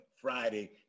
friday